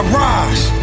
rise